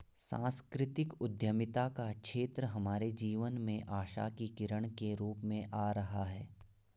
सांस्कृतिक उद्यमिता का क्षेत्र हमारे जीवन में आशा की किरण के रूप में आ रहा है